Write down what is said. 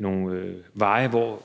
nogle veje, som